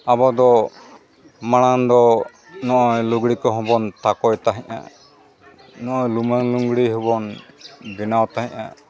ᱟᱵᱚ ᱫᱚ ᱢᱟᱲᱟᱝ ᱫᱚ ᱱᱚᱜᱼᱚᱭ ᱞᱩᱜᱽᱲᱤᱡ ᱠᱚᱦᱚᱸ ᱵᱚᱱ ᱛᱟᱠᱚᱭ ᱛᱟᱦᱮᱸᱫᱼᱟ ᱱᱚᱜᱼᱚᱭ ᱞᱩᱢᱟᱹᱝ ᱞᱩᱜᱽᱲᱤᱡ ᱦᱚᱸᱵᱚᱱ ᱵᱮᱱᱟᱣ ᱛᱟᱦᱮᱸᱫᱼᱟ